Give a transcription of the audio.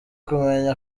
kumenya